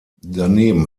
daneben